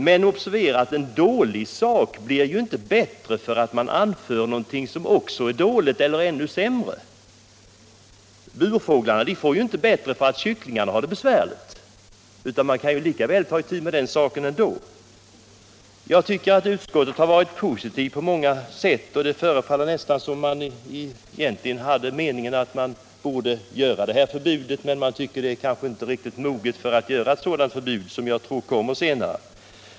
Men observera att en dålig sak inte blir bättre därför att man anför någonting annat som är dåligt eller ännu sämre. Burfåglarna får det inte bättre för att kycklingarna har det besvärligt, men man kan ju göra någonting åt den saken ändå. Jag tycker att utskottet har varit positivt på många sätt. Det förefaller nästan som om man egentligen menade att förbudet borde införas men att opinionen kanske inte är riktigt mogen ännu. Jag tror ändå att förbudet kommer så småningom.